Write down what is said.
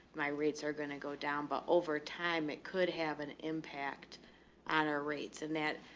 my rates are going to go down, but over time it could have an impact on our rates. and that,